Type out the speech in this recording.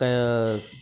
கய